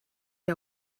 der